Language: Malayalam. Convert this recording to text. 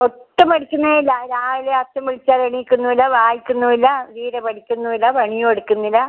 ഒട്ടും പഠിക്കുന്നത് ഇല്ല രാവിലെ അച്ഛൻ വിളിച്ചാൽ എണീക്കുന്നു ഇല്ല വായിക്കുന്നു ഇല്ല തീരെ പഠിക്കുന്നു ഇല്ല പണിയും എടുക്കുന്നില്ല